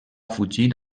fugir